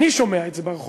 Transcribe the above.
אני שומע את זה ברחוב.